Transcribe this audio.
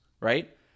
right